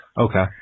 Okay